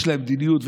יש להם מדיניות.